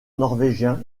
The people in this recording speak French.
norvégiens